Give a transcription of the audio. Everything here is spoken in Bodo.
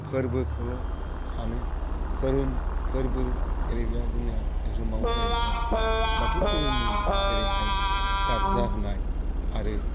फोरबोखौल' सानो फोरोम फोरबो जेरै दा जोंना धोरोमाव जाहैबाय बाथौ धोरोमनि ओरैहाय गारजा होनाय आरो